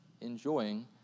enjoying